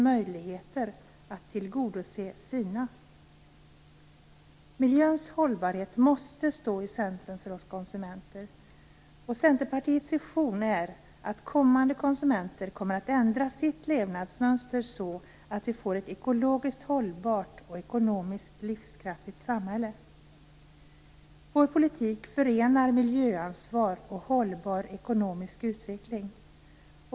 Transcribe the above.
Miljöns hållbarhet måste stå i centrum för oss konsumenter. Centerpartiets vision är att kommande konsumenter ändrar sitt levnadsmönster så att vi får ett ekologiskt hållbart och ett ekonomiskt livskraftigt samhälle. Vår politik förenar miljöansvaret och detta med en hållbar ekonomisk utveckling.